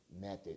method